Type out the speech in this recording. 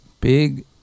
Big